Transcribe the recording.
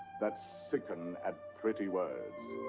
that sicken at pretty words.